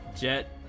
Jet